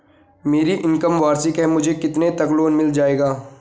मेरी इनकम वार्षिक है मुझे कितने तक लोन मिल जाएगा?